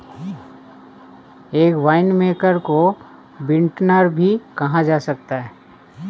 एक वाइनमेकर को विंटनर भी कहा जा सकता है